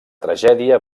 tragèdia